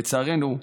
לצערנו,